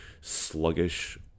sluggish